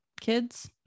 kids